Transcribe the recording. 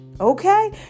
Okay